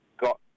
got